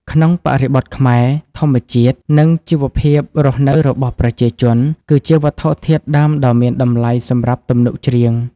ក្នុងបរិបទខ្មែរ ធម្មជាតិ និងជីវភាពរស់នៅរបស់ប្រជាជន គឺជាវត្ថុធាតុដើមដ៏មានតម្លៃសម្រាប់ទំនុកច្រៀង។